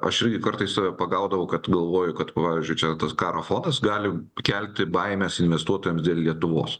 aš irgi kartais save pagaudavau kad galvoju kad pavyzdžiui čia tas karo fonas gali kelti baimės investuotojams dėl lietuvos